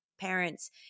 parents